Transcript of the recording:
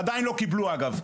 עדיין לא קיבלנו אגב,